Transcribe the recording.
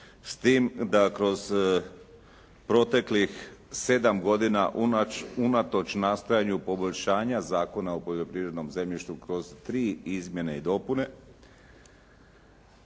s tim da kroz proteklih 7 godina unatoč nastojanju poboljšanja Zakona o poljoprivrednom zemljištu kroz 3 izmjene i dopune